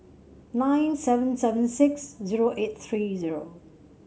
nine seven seven six zero eight three zero